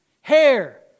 hair